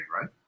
right